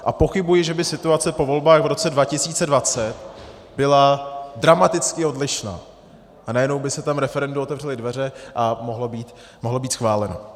A pochybuji, že by situace po volbách v roce 2020 byla dramaticky odlišná a najednou by se tam referendu otevřely dveře a mohlo být schváleno.